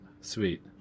Sweet